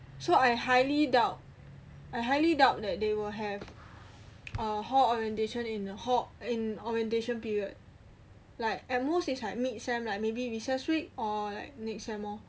so I highly doubt I highly doubt that they will have a hall orientation in a hall in orientation period like at most it's like mid sem like maybe recess week or like next sem lor